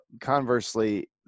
conversely